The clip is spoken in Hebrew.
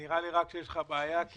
נראה לי שיש לך בעיה כי